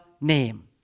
name